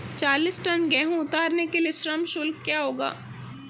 चालीस टन गेहूँ उतारने के लिए श्रम शुल्क क्या होगा?